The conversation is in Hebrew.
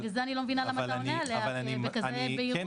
בגלל זה אני לא מבינה למה אתה עונה עליה בכזאת בהירות.